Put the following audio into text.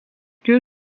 lieu